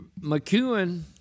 McEwen